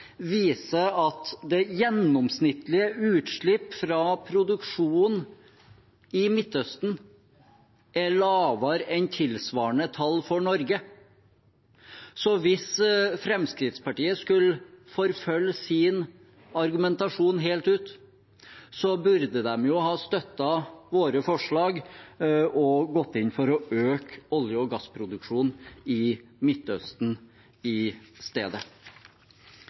viser at det gjennomsnittlige utslippet fra produksjonen i Midtøsten er lavere enn tilsvarende tall for Norge. Hvis Fremskrittspartiet skulle forfulgt sin argumentasjon helt ut, burde de jo ha støttet våre forslag og gått inn for å øke olje- og gassproduksjonen i Midtøsten i stedet.